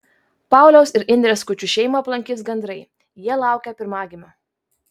pauliaus ir indrės skučų šeimą aplankys gandrai jie laukia pirmagimio